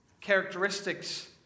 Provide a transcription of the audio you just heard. characteristics